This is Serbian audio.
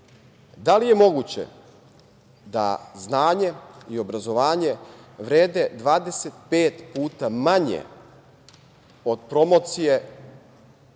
da li je moguće da znanje i obrazovanje vrede 25 puta manje od promocije